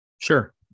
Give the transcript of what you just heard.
Sure